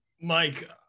Mike